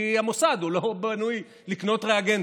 כי המוסד לא בנוי לקנות ריאגנטים.